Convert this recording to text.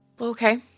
Okay